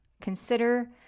consider